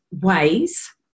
ways